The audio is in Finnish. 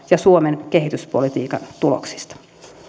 ja suomen kehityspolitiikan tuloksista